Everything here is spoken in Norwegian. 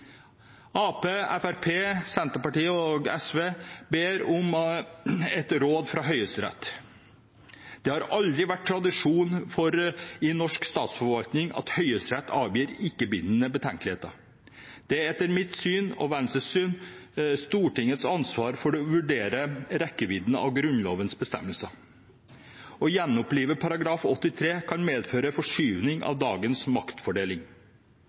Senterpartiet og SV ber om et råd fra Høyesterett. Det har i norsk statsforvaltning aldri vært tradisjon for at Høyesterett avgir ikke-bindende betenkninger. Det er etter mitt og Venstres syn Stortingets ansvar å vurdere rekkevidden av Grunnlovens bestemmelser. Å gjenopplive § 83 kan medføre forskyvning av dagens maktfordeling.